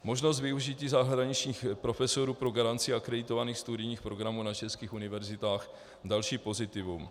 Možnost využití zahraničních profesorů pro garanci akreditovaných studijních programů na českých univerzitách další pozitivum.